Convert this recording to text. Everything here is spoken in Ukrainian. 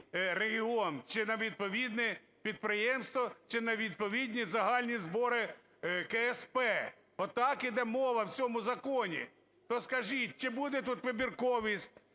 чи на відповідне підприємство, чи на відповідні загальні збори КСП. Отак іде мова в цьому законі. То скажіть, чи буде тут вибірковість,